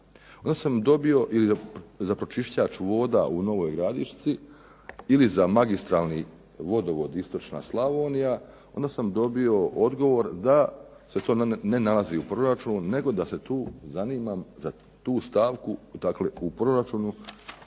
onda sam dobio, ili za pročiščavač voda u Novoj Gradišci ili za magistralni vodovod Istočna Slavonija onda sam dobio odgovor da se to ne nalazi u proračunu nego da se tu zanimam za tu stavku, dakle u proračunu,